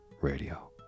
radio